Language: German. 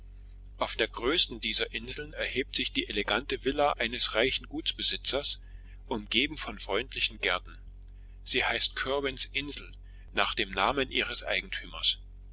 auf der größten dieser inseln erhebt sich die elegante villa eines reichen gutsbesitzers umgeben von freundlichen gärten sie heißt curwens insel nach dem namen ihres eigentümers